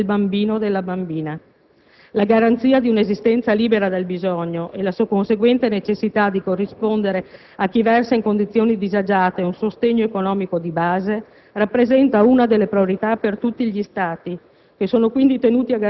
La garanzia di una esistenza libera dal bisogno e la conseguente necessità di corrispondere a chi versa in condizioni disagiate un sostegno economico di base rappresenta una delle priorità per tutti gli Stati